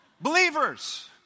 Believers